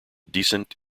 decent